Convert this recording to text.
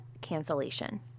cancellation